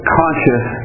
conscious